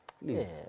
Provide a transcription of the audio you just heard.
Please